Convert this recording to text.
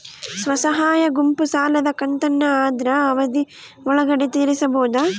ಸ್ವಸಹಾಯ ಗುಂಪು ಸಾಲದ ಕಂತನ್ನ ಆದ್ರ ಅವಧಿ ಒಳ್ಗಡೆ ತೇರಿಸಬೋದ?